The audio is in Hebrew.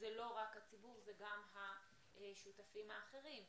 זה לא רק הציבור, זה גם השותפים האחרים.